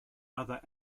other